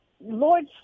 Lord